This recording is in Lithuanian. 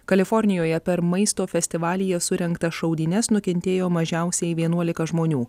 kalifornijoje per maisto festivalyje surengtas šaudynes nukentėjo mažiausiai vienuolika žmonių